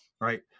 Right